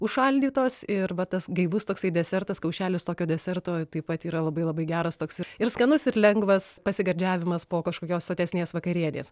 užšaldytos ir va tas gaivus toksai desertas kaušelis tokio deserto taip pat yra labai labai geras toks ir skanus ir lengvas pasigardžiavimas po kažkokios sotesnės vakarienės